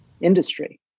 industry